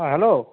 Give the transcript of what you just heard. অ hello